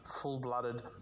full-blooded